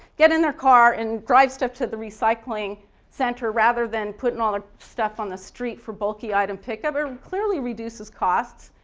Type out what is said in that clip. get in their car and drive stuff to the recycling center rather than putting all their stuff on the street for bulky item pick-up it clearly reduces cost.